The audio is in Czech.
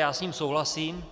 Já s ním souhlasím,